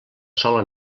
sola